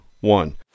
one